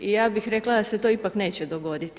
I ja bih rekla da se to ipak neće dogoditi.